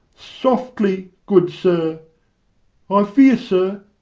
softly, good sir i fear, sir,